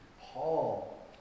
Paul